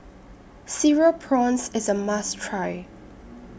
Cereal Prawns IS A must Try